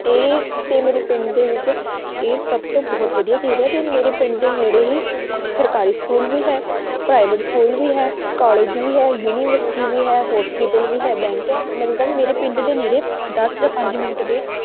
ਅਤੇ ਅਤੇ ਮੇਰੇ ਪਿੰਡ ਦੇ ਵਿੱਚ ਇਹ ਸਭ ਤੋਂ ਬਹੁਤ ਵਧੀਆ ਚੀਜ਼ ਹੈ ਅਤੇ ਮੇਰੇ ਪਿੰਡ ਦੇ ਨੇੜੇ ਹੀ ਸਰਕਾਰੀ ਸਕੂਲ ਵੀ ਹੈ ਪ੍ਰਾਈਵੇਟ ਸਕੂਲ ਵੀ ਹੈ ਕੋਲੇਜ ਵੀ ਹੈ ਯੂਨੀਵਰਸਿਟੀ ਵੀ ਹੈ ਹੋਸਪੀਟਲ ਵੀ ਹੈ ਬੈਂਕ ਹੈ ਮਤਲਬ ਮੇਰੇ ਪਿੰਡ ਦੇ ਨੇੜੇ ਦਸ ਜਾਂ ਪੰਜ ਮਿੰਟ ਦੇ